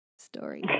Story